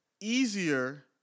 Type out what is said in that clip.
easier